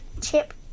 Chip